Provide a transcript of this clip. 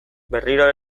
berriro